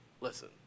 Listen